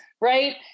right